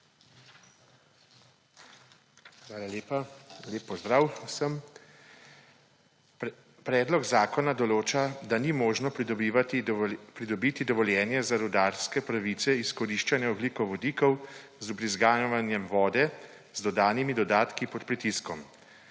Hvala lepa. Lep pozdrav vsem! Predlog zakona določa, da ni možno pridobiti dovoljenja za rudarske pravice izkoriščanja ogljikovodikov z vbrizgavanjem vode z dodanimi dodatki pod pritiskom.